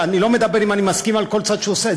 אני לא מדבר אם אני מסכים לכל צעד שהוא עושה,